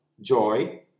joy